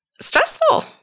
stressful